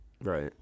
Right